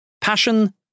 Passion